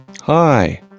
Hi